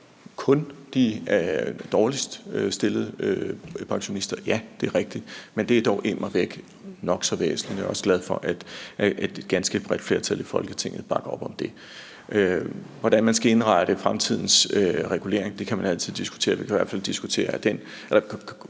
for de dårligst stillede pensionister, og det er rigtigt – ja. Men det er dog immervæk nok så væsentligt, og jeg er også glad for, at et ganske bredt flertal i Folketinget bakker op om det. Hvordan man skal indrette fremtidens regulering kan man altid diskutere. Vi kan i hvert fald konstatere, at den satsregulering,